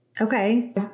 okay